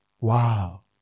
Wow